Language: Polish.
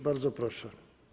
Bardzo proszę.